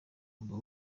uba